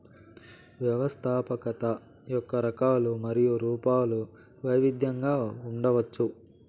వ్యవస్థాపకత యొక్క రకాలు మరియు రూపాలు వైవిధ్యంగా ఉండవచ్చు